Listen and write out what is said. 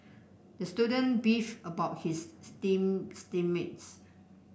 the student beefed about his team team mates